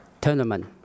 tournament